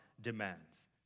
demands